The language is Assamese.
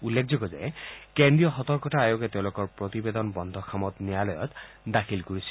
উল্লেখযোগ্য যে কেন্দ্ৰীয় সতৰ্কতা আয়োগে তেওঁলোকৰ প্ৰতিবেদন বন্ধ খামত ন্যায়ালয়ত দাখিল কৰিছিল